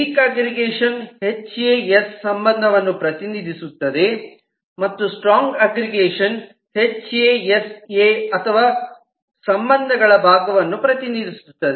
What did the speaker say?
weak aggregation H A S ಸಂಬಂಧವನ್ನು ಪ್ರತಿನಿಧಿಸುತ್ತದೆ ಮತ್ತು strong aggregation H A S A HAS A ಅಥವಾ ಸಂಬಂಧಗಳ ಭಾಗವನ್ನು ಪ್ರತಿನಿಧಿಸುತ್ತದೆ